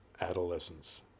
Adolescence